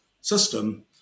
system